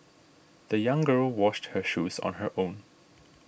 the young girl washed her shoes on her own